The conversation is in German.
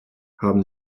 haben